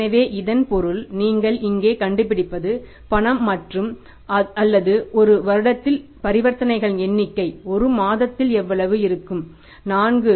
எனவே இதன் பொருள் நீங்கள் இங்கே கண்டுபிடிப்பது பண மாற்றம் அல்லது ஒரு வருடத்தில் பரிவர்த்தனைகளின் எண்ணிக்கை ஒரு மாதத்தில் எவ்வளவு இருக்கும் 4